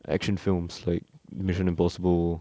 action films like mission impossible